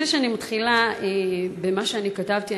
לפני שאני מתחילה במה שכתבתי,